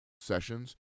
Sessions